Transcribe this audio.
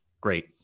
Great